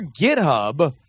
GitHub